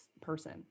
person